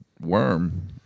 Worm